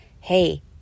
hey